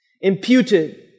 Imputed